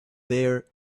there